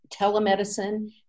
telemedicine